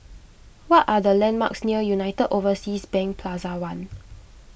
what are the landmarks near United Overseas Bank Plaza one